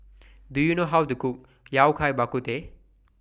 Do YOU know How to Cook Yao Cai Bak Kut Teh